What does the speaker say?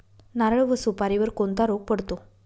नारळ व सुपारीवर कोणता रोग पडतो?